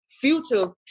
future